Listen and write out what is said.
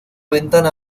ventana